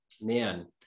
man